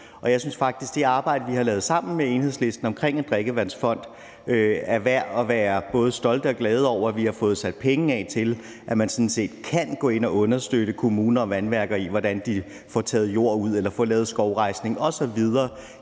og jeg synes faktisk, at det arbejde, vi har lavet sammen med Enhedslisten, om en drikkevandsfond, er værd at være både stolte af og glade over, altså at vi har fået sat penge af til, at man sådan set kan gå ind at understøtte kommuner og vandværker i, hvordan de får taget jord ud eller får lavet skovrejsning osv.